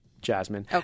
Jasmine